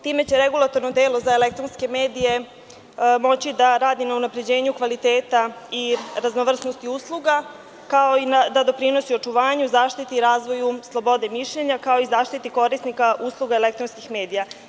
Time će Regulatorno telo za elektronske medije moći da radi na unapređenju kvaliteta i raznovrsnosti usluga, kao i da doprinosi očuvanju, zaštiti i razvoju slobode mišljenja, kao i zaštiti korisnika usluga elektronskih medija.